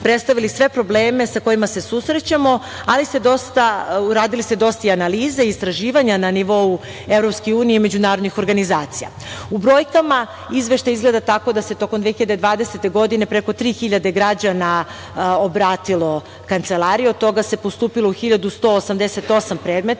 predstavili sve probleme sa kojima se susrećemo, ali uradili ste dosta i analize i istraživanja na nivou EU i međunarodnih organizacija.U brojkama, izveštaj izgleda tako da se tokom 2020. godine preko 3.000 građana obratilo Kancelariji. Od toga se postupilo u 1.188 predmeta,